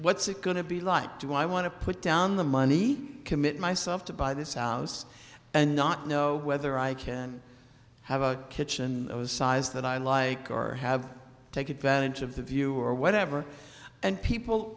what's it going to be like do i want to put down the money commit myself to buy this house and not know whether i can have a kitchen size that i like or have take advantage of the view or whatever and people